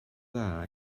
dda